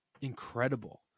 incredible